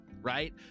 right